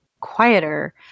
quieter